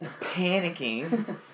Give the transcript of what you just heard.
panicking